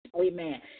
Amen